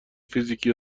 فیزیکی